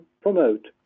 promote